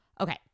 Okay